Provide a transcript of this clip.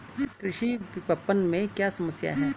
कृषि विपणन में क्या समस्याएँ हैं?